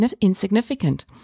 insignificant